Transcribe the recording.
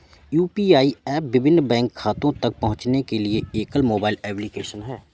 UPI app विभिन्न bank खातों तक पहुँचने के लिए एकल मोबाइल एप्लिकेशन है